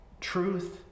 truth